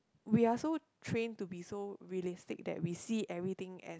we are so trained to be so realistic that we see everything as